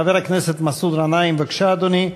חבר הכנסת מסעוד גנאים, בבקשה, אדוני.